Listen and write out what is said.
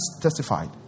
testified